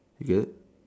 do you get it